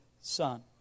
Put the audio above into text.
son